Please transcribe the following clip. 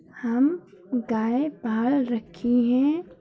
हम गाय पाल रखी हैं